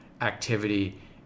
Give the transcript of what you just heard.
activity